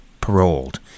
paroled